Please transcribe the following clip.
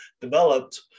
developed